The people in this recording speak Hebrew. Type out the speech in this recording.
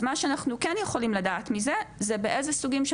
אז מה שאנחנו כן יכולים לדעת מזה זה איזה סוגים של